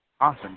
Awesome